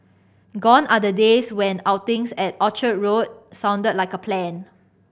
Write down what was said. gone are the days when outings at Orchard Road sounded like a plan